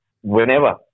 whenever